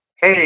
Hey